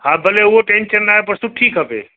हा भले उहो टेंशन नाहे पर सुठी खपे